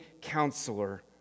counselor